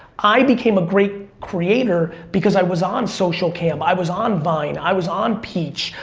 i became a great creator because i was on socialcam, i was on vine, i was on peach.